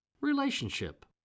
Relationship